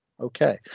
okay